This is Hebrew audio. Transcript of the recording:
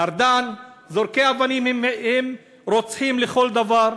ארדן: זורקי אבנים הם רוצחים לכל דבר,